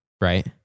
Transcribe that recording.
Right